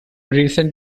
recent